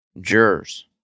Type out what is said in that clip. jurors